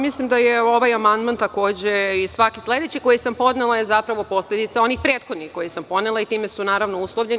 Mislim da je ovaj amandman i svaki sledeći koji sam podnela zapravo posledica onih prethodnih koje sam podnela i time su, naravno, uslovljeni.